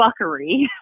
fuckery